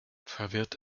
verwirrt